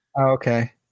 Okay